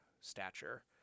stature